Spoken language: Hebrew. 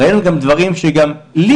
ראינו גם דברים שאני,